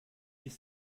ist